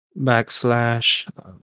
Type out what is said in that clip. backslash